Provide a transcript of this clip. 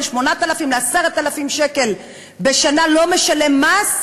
8,000 ל-10,000 שקלים בשנה לא משלם מס?